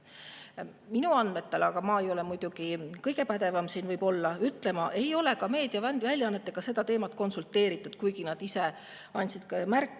Minu andmetel – aga ma ei ole muidugi kõige pädevam seda siin ütlema – ei ole meediaväljaannetega sel teemal konsulteeritud, kuigi nad ise andsid märku